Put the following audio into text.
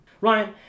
Ryan